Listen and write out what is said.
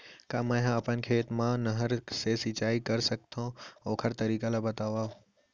का मै ह अपन खेत मा नहर से सिंचाई कर सकथो, ओखर तरीका ला बतावव?